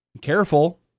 Careful